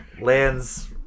Lands